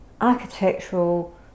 architectural